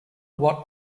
what